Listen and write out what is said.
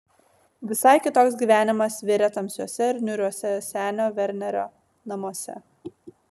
visai kitoks gyvenimas virė tamsiuose ir niūriuose senio vernerio namuose